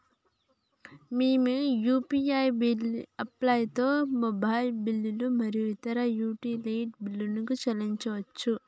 మేము యూ.పీ.ఐ యాప్లతోని మొబైల్ బిల్లులు మరియు ఇతర యుటిలిటీ బిల్లులను చెల్లించచ్చు